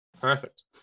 Perfect